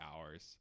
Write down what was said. hours